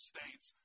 States